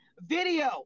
video